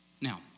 Now